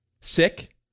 Sick